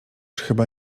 chyba